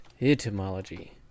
Etymology